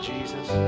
Jesus